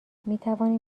میتوانیم